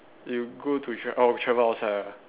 you go to tr~ orh travel outside ah